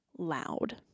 loud